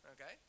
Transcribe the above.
okay